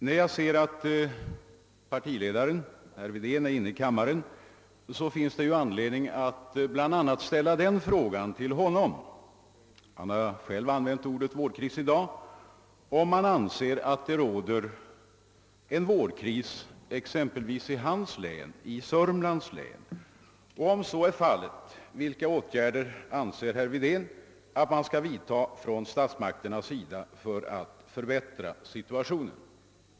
När jag ser att folkpartiledaren herr Wedén är inne i kammaren finns det anledning att bl.a. ställa den frågan till honom — han har själv använt ordet vårdkris i dag — om han anser att det råder en vårdkris i hans län, Södermanlands län, och, om så är fallet, vilka åtgärder herr Wedén menar att statsmakterna skall vidta för att förbättra situationen.